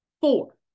Four